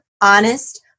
honest